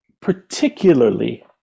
particularly